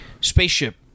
spaceship